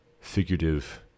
figurative